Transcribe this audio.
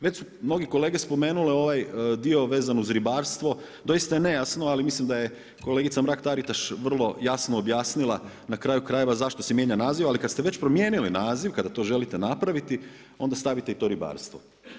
Već su mnogi kolege spomenule ovaj dio vezan uz ribarstvo, doista je nejasno ali mislim da je kolegica Mrak-Taritaš vrlo jasno objasnila, na kraju krajeva zašto se mijenja naziv, ali kada ste već promijenili naziv kada to želite napraviti onda stavite i to ribarstvo.